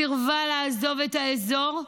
סירבה לעזוב את האזור,